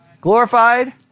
Glorified